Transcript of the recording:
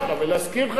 זה משתלב עם קולות